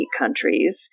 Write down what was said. countries